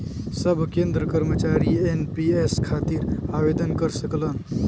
सब केंद्र कर्मचारी एन.पी.एस खातिर आवेदन कर सकलन